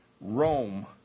Rome